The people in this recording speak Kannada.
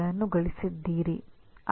ಮೊದಲು ನಾವು ಉತ್ಪನ್ನವನ್ನು ವ್ಯಾಖ್ಯಾನಿಸುತ್ತೇವೆ